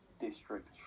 district